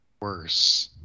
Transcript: worse